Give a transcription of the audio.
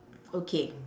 okay